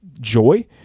joy